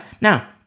now